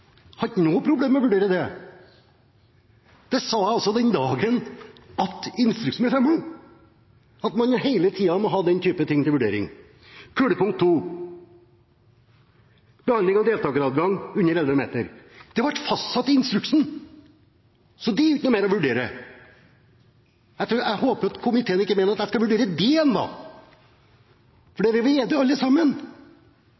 har ikke noe problem med å vurdere det. Det sa jeg også den dagen instruksen ble fremmet, at man hele tiden må ha den typen ting til vurdering. Punkt to om behandling av deltakeradganger under 11 meter ble fastsatt i instruksen, så det er ikke noe mer å vurdere. Jeg håper ikke at komiteen mener at jeg skal vurdere det igjen, for